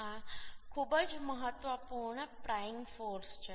આ ખૂબ જ મહત્વપૂર્ણ પ્રાઈંગ ફોર્સ છે